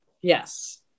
Yes